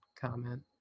comment